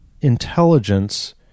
intelligence